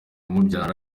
umubyara